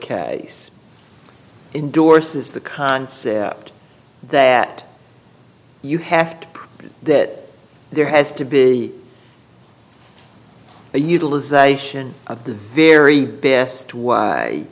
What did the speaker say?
case indorse is the concept that you have to that there has to be a utilization of the very best w